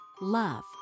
love